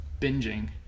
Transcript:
binging